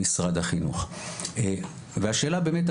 משרד החינוך והשאלה באמת,